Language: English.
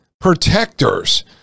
protectors